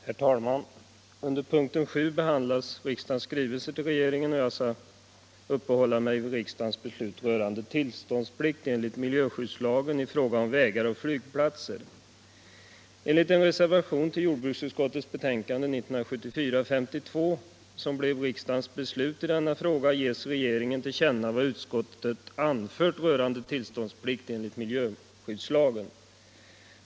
Herr talman! Under punkten 7 behandlas riksdagens skrivelser till regeringen, och jag skall uppehålla mig vid riksdagens beslut rörande tillståndsplikt enligt miljöskyddslagen i fråga om vägar och flygplatser. Enligt en reservation till jordbruksutskottets betänkande 1974:52, som blev riksdagens beslut i denna fråga, gavs regeringen till känna vad utskottet anfört rörande tillståndsplikt enligt miljöskyddslagen.